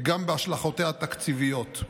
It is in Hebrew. וגם בהשלכותיה התקציביות.